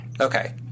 Okay